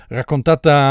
raccontata